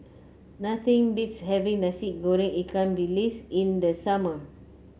nothing beats having Nasi Goreng Ikan Bilis in the summer